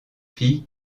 fille